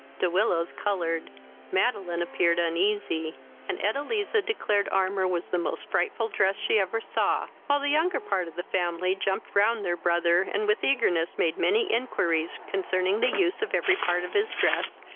de willows coloured madeline appeared uneasy and edeliza declared armour was the most frightful dress she ever saw, while the younger part of the family jumped round their brother, and with eagerness made many inquiries concerning the use of every part of his dress,